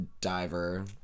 diver